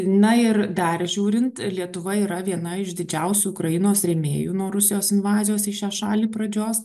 na ir dar žiūrint lietuva yra viena iš didžiausių ukrainos rėmėjų nuo rusijos invazijos į šią šalį pradžios